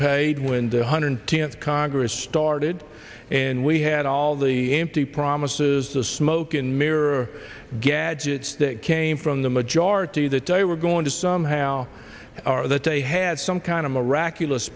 paid when the hundred tenth congress started and we had all the empty promises the smoke and mirror gadgets that came from the majority that day were going to somehow that they had some kind of miraculous